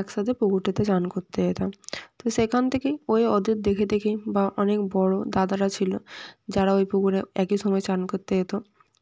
একসাথে পুকুরটিতে চান করতে যেতাম তো সেখান থেকেই ওই ওদের দেখে দেখেই বা অনেক বড়ো দাদারা ছিলো যারা ওই পুকুরে একই সময় চান করতে যেত